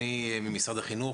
אני ממשרד החינוך,